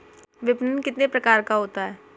विपणन कितने प्रकार का होता है?